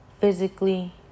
physically